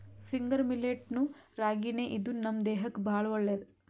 finger millet ನು ರಾಗಿನೇ ಇದೂನು ನಮ್ ದೇಹಕ್ಕ್ ಭಾಳ್ ಒಳ್ಳೇದ್